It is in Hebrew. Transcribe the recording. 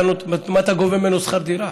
מה אתה גובה ממנו שכר דירה?